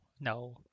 No